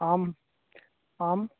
आम् आम्